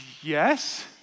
yes